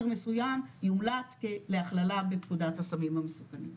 מסוים יומלץ להכללה בפקודת הסמים המסוכנים.